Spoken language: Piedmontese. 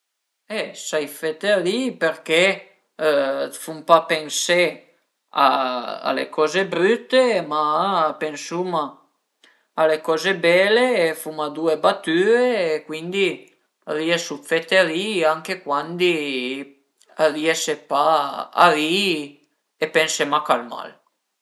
E sai fete ri-i perché fun pa pensé a a le coze brüte, ma pensuma a le coze bele e fuma due batüe e cuindi riesu a fete ri-i anche cuandi riese pa a ri-i e pense mach al mal